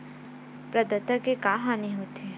प्रदाता के का हानि हो थे?